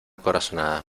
corazonada